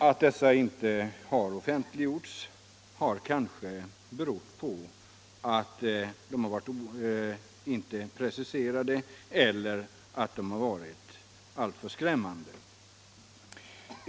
Att de inte har offentliggjorts har kanske berott på att de inte har varit preciserade eller att de har varit alltför skrämmande.